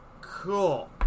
Cool